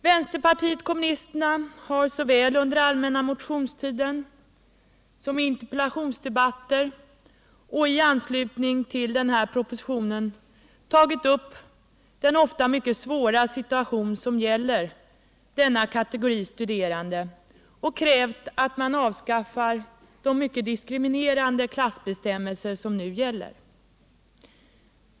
Vänsterpartiet kommunisterna har såväl under den allmänna motionstiden som i interpellationsdebatter och i anslutning till propositionen tagit upp den ofta mycket svåra situation som råder för denna kategori studerande och krävt att de mycket diskriminerande klassbestämmelser som nu gäller skall avskaffas.